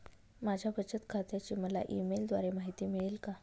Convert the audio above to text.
माझ्या बचत खात्याची मला ई मेलद्वारे माहिती मिळेल का?